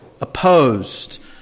opposed